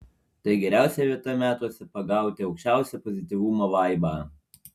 tai geriausia vieta metuose pagauti aukščiausią pozityvumo vaibą